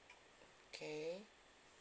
okay